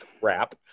crap